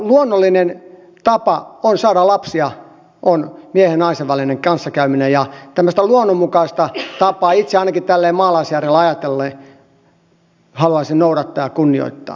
luonnollinen tapa saada lapsia on miehen ja naisen välinen kanssakäyminen ja tämmöistä luonnonmukaista tapaa itse ainakin tälleen maalaisjärjellä ajatellen haluaisin noudattaa ja kunnioittaa